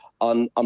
on